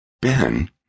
Ben